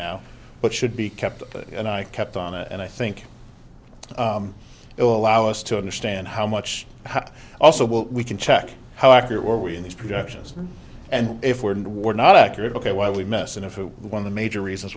now but should be kept up and i kept on and i think it will allow us to understand how much also well we can check how accurate were we in these productions and if were and were not accurate ok why we messin of one of the major reasons